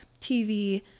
tv